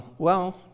well,